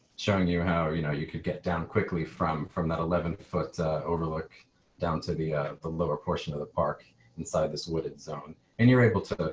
showing you how, you know, you could get down quickly from from that eleven foot overlook down to the the lower portion of the park inside this wooded zone and you're able to,